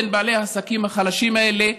בין בעלי העסקים החלשים האלה,